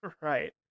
right